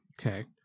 Okay